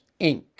Inc